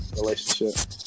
relationship